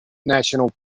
national